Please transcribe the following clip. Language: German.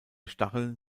stacheln